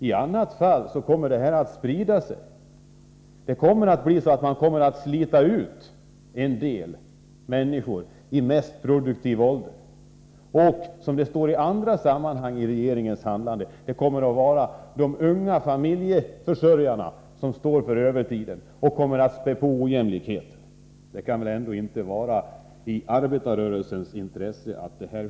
I annat fall kommer det här att sprida sig. De som är i sin mest produktiva ålder kommer att få slita ut sig. Det kommer att vara de unga familjeförsörjarna — det framgår av regeringens handlande i andra sammanhang — som står för övertidsuttaget. Ojämlikheten blir således allt större. Det ligger väl ändå inte i arbetarrörelsens intresse.